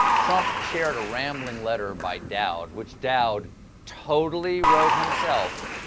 trump shared a rambling letter by dowd, which dowd totally wrote himself,